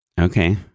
okay